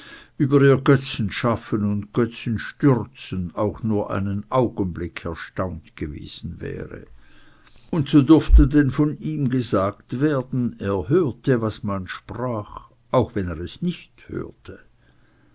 über ihr götzenschaffen und götzenstürzen auch nur einen augenblick erstaunt gewesen wäre und so durfte denn von ihm gesagt werden er hörte was man sprach auch wenn er es nicht hörte